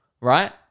Right